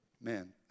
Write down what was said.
Man